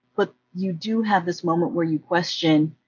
but you do have this moment where you question,